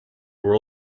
were